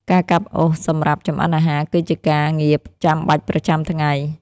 ការកាប់អុសសម្រាប់ចម្អិនអាហារគឺជាការងារចាំបាច់ប្រចាំថ្ងៃ។